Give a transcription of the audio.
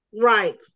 Right